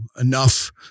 enough